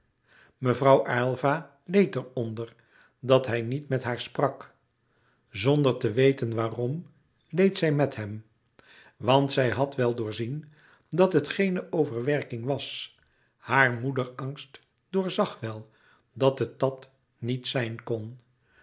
mevrouw aylva leed er onder dat hij niet met haar sprak zonder te weten waarom leed zij louis couperus metamorfoze met hem want zij had wel doorzien dat het geene overwerking was haar moederangst doorzag wel dat het dàt niet zijn kon